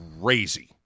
crazy